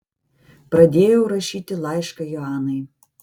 pradėjau rašyti laišką joanai